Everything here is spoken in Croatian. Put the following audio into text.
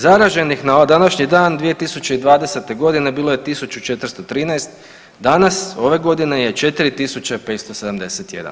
Zaraženih na današnji dan 2020.g. bilo je 1413, danas ove godine je 4571.